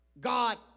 God